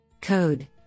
code